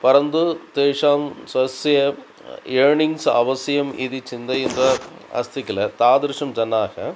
परन्तु तेषां स्वस्य एर्णिङ्ग्स् आवश्यम् इति चिन्तयित्वा अस्ति किल तादृशं जनाः